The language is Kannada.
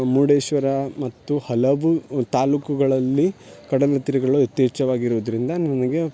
ಮುರ್ಡೇಶ್ವರ ಮತ್ತು ಹಲವು ತಾಲ್ಲೂಕುಗಳಲ್ಲಿ ಕಡಲ ತೀರಗಳು ಯಥೇಚ್ಛವಾಗಿ ಇರುದರಿಂದ ನಮಗೆ